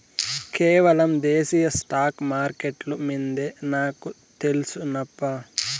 కేవలం దేశీయ స్టాక్స్ మార్కెట్లు మిందే నాకు తెల్సు నప్పా